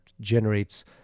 generates